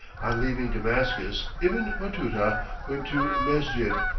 on leaving damascus, ibn batuta went to mesjid,